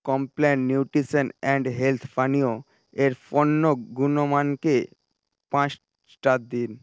Complan nutrition and health পানীয় এর পণ্য গুণমানকে পাঁচ স্টার দিন